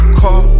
call